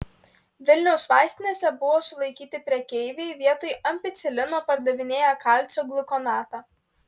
vilniaus vaistinėse buvo sulaikyti prekeiviai vietoj ampicilino pardavinėję kalcio gliukonatą